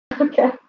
Okay